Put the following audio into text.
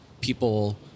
people